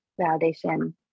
validation